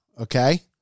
okay